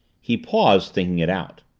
he paused, thinking it out.